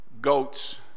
goats